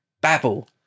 babble